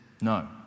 no